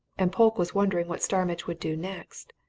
and polke was wondering what starmidge would do next,